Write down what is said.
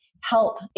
help